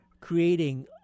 creating